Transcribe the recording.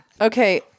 Okay